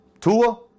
Tua